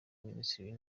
minisitiri